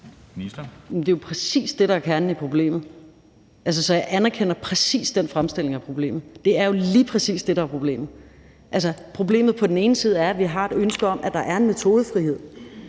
Det er jo præcis det, der er kernen i problemet. Jeg anerkender præcis den fremstilling af problemet. Det er jo lige præcis det, der er problemet. Altså, problemet er, at vi har et ønske om, at der er en metodefrihed.